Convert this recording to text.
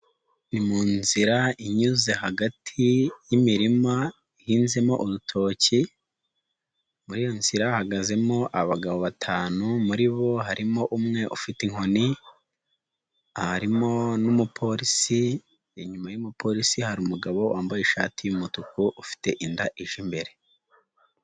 Ni mu nzi inyuze hagati y'imirima ihinzemo urutoki, muri nzira hahagazemo abagabo batanu, muri bo harimo umwe ufite inkoni, harimo n'umupolisi, inyuma y'umupolisi hari umugabo wambaye ishati y'umutuku ufite inda ije imbere.